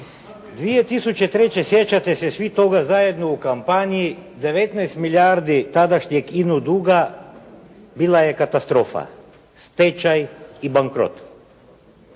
2003. sjećate se svi toga zajedno u kampanji 19 milijardi tadašnjeg ino duga, bila je katastrofa, stečaj i bankrot.